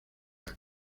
jack